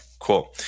Cool